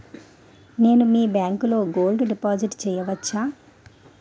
నేను మీ బ్యాంకులో గోల్డ్ డిపాజిట్ చేయవచ్చా?